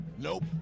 nope